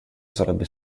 sarebbe